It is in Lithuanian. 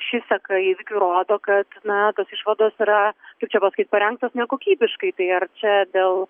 ši seka įvykių rodo kad na tos išvados yra kaip čia pasakyt parengtos nekokybiškai tai ar čia dėl